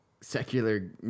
secular